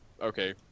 Okay